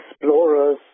explorers